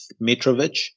Mitrovic